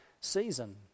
season